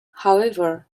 however